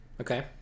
okay